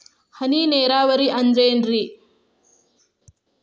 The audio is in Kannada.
ಹನಿ ನೇರಾವರಿ ಅಂದ್ರೇನ್ರೇ?